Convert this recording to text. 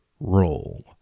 Roll